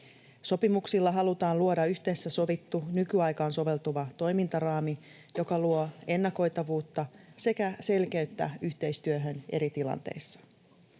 Sopimuksilla halutaan luoda yhdessä sovittu, nykyaikaan soveltuva toimintaraami, joka luo ennakoitavuutta sekä selkeyttä yhteistyöhön eri tilanteissa.